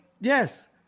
Yes